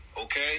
Okay